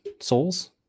souls